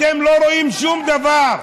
אתם לא רואים שום דבר.